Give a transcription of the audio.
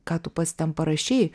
ką tu pats ten parašei